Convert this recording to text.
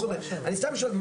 אני סתם שואל.